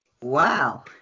Wow